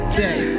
day